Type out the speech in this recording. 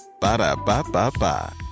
Ba-da-ba-ba-ba